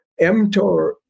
mTOR